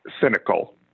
cynical